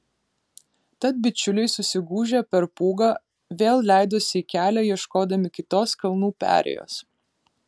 tad bičiuliai susigūžę per pūgą vėl leidosi į kelią ieškodami kitos kalnų perėjos